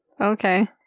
Okay